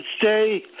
stay